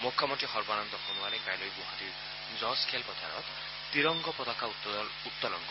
মুখ্যমন্ত্ৰী সৰ্বানন্দ সোণোৱালে কাইলৈ গুৱাহাটীৰ জজ খেলপথাৰত ত্ৰিৰংগ পতাকা উত্তোলন কৰিব